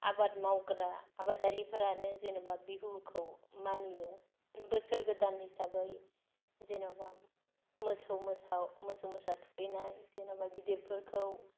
आबाद मावग्रा आबादारिफोरानो जेनबा बिहुखौ मानियो बोसोर गोदान हिसाबै जेनबा मोसौ मोसा मोसौ मोसा थुखैनाय जेनबा गिदिरफोरखौ